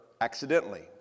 accidentally